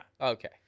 okay